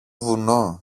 βουνό